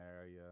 area